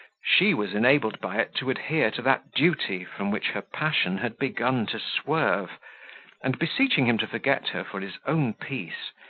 she was enabled by it to adhere to that duty from which her passion had begun to swerve and, beseeching him to forget her for his own peace,